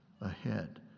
ahead